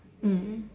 mm